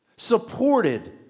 supported